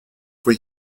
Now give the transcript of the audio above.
for